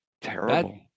Terrible